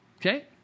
Okay